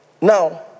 Now